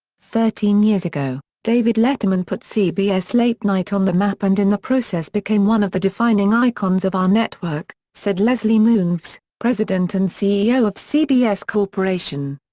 thirteen years ago, david letterman put cbs late night on on the map and in the process became one of the defining icons of our network, said leslie moonves, president and ceo of cbs corporation.